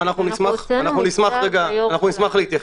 נשמח להתייחס.